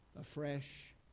afresh